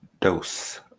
dose